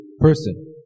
person